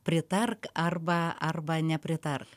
pritark arba arba nepritark